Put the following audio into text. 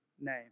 name